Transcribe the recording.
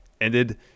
ended